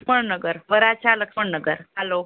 Laxman Nagar Varachha Laxman Nagar hello